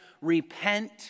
Repent